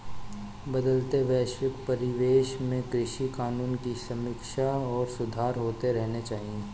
बदलते वैश्विक परिवेश में कृषि कानूनों की समीक्षा और सुधार होते रहने चाहिए